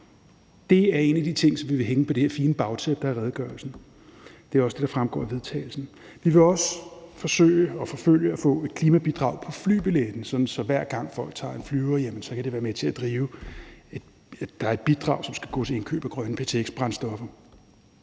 Det er en af de ting, som vi vil hænge på det her fine bagtæppe, der er redegørelsen. Det er også det, der fremgår af forslaget til vedtagelse. Vi vil også forsøge at forfølge at få et klimabidrag på flybilletten, sådan at hver gang folk tager en flyver, kan det være med til at drive, at der er et bidrag, som skal gå til indkøb af grønne ptx-brændstoffer.